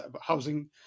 housing